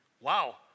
wow